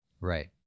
Right